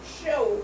show